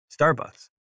Starbucks